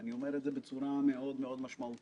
אני אומר את זה בצורה מאוד מאוד משמעותית,